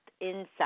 inside